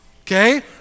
okay